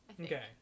okay